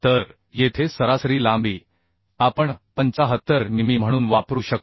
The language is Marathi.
तर येथे सरासरी लांबी आपण 75 मिमी म्हणून वापरू शकतो